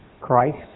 Christ